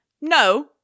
No